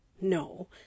No